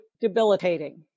debilitating